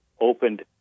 opened